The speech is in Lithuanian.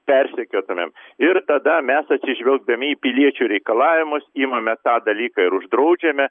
persekiotumėm ir tada mes atsižvelgdami į piliečių reikalavimus imame tą dalyką ir uždraudžiame